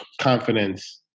confidence